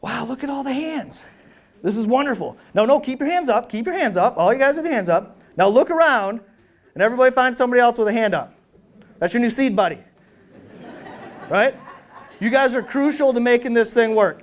wow look at all the hands this is wonderful no no keep your hands up keep your hands up all you guys are the hands up now look around and everybody find somebody else with a hand up that's a new seed buddy right you guys are crucial to making this thing work